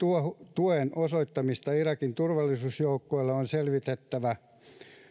tuen osoittamista irakin turvallisuusjoukoille on selvitettävä